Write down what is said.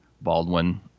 Baldwin